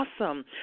Awesome